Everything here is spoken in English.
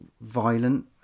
violent